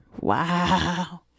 Wow